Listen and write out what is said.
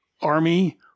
Army